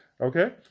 Okay